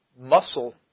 Muscle